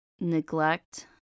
neglect